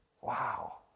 Wow